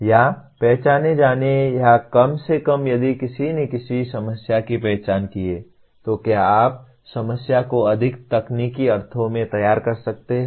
या पहचाने जाने या कम से कम यदि किसी ने किसी समस्या की पहचान की है तो क्या आप समस्या को अधिक तकनीकी अर्थों में तैयार कर सकते हैं